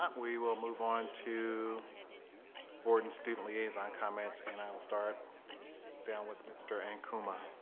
but we will move on to board and student liaison comments and i will start down with mr. ankuma